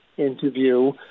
interview